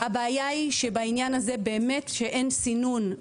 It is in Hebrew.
הבעיה היא שבעניין הזה באמת שאין סינון.